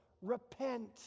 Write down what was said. repent